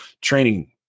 training